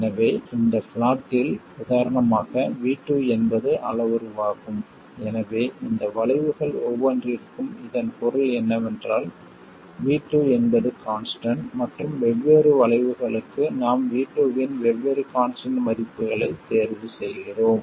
எனவே இந்த ப்ளாட்டில் உதாரணமாக V2 என்பது அளவுருவாகும் எனவே இந்த வளைவுகள் ஒவ்வொன்றிற்கும் இதன் பொருள் என்னவென்றால் V2 என்பது கான்ஸ்டன்ட் மற்றும் வெவ்வேறு வளைவுகளுக்கு நாம் V2 இன் வெவ்வேறு கான்ஸ்டன்ட் மதிப்புகளைத் தேர்வு செய்கிறோம்